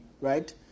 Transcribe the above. right